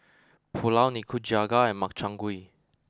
Pulao Nikujaga and Makchang Gui